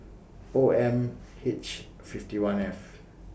O M H fifty one F